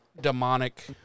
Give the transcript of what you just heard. demonic